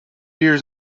years